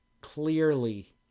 clearly